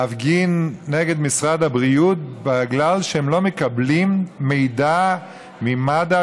להפגין נגד משרד הבריאות בגלל שהם לא מקבלים מידע ממד"א,